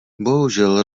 bohužel